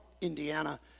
Indiana